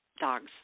dogs